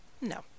no